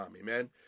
amen